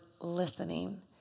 listening